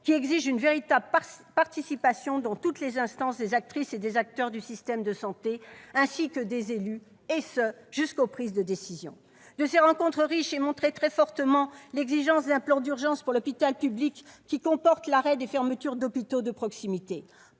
Cela exige une véritable participation dans toutes les instances des actrices et des acteurs du système de santé, ainsi que des élus, et ce jusqu'aux prises de décisions. De ces rencontres riches est montée très fortement l'exigence d'un plan d'urgence pour l'hôpital public, qui comporte l'arrêt des fermetures d'hôpitaux de proximité.